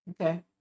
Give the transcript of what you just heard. Okay